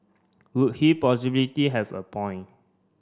would he possibility have a point